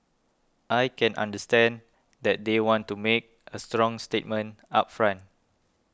I can understand that they want to make a strong statement up front